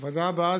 הוועדה הבאה,